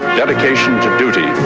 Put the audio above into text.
dedication to duty